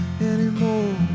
anymore